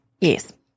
Yes